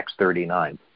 X39